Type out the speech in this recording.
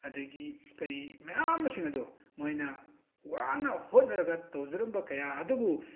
ꯑꯗꯒꯤ ꯀꯔꯤ ꯃꯌꯥꯝꯁꯤꯡ ꯑꯗꯣ ꯃꯣꯏꯅ ꯋꯥꯅ ꯍꯣꯠꯅꯔꯒ ꯇꯧꯖꯔꯝꯕ ꯀꯌꯥ ꯑꯗꯨꯕꯨ